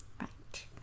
right